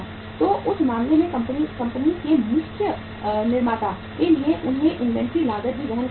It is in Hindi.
तो उस मामले में कंपनी के मुख्य निर्माता के लिए उन्हें इन्वेंट्री लागत भी वहन करना होगा